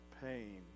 pain